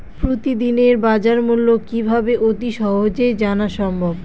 প্রতিদিনের বাজারমূল্য কিভাবে অতি সহজেই জানা সম্ভব?